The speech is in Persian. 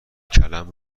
کلم